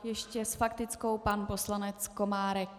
Ještě s faktickou pan poslanec Komárek.